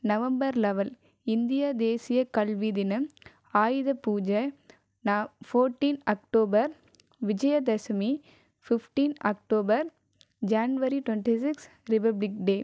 November level India தேசிய கல்வி தினம் ஆயுத பூஜை ந fourteen October Vijayadashami fifteen October January twenty six republic டே